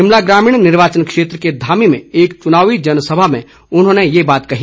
शिमला ग्रामीण निर्वाचन क्षेत्र के धामी में एक चुनाव जनसभा में उन्होंने ये बात कही